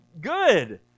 good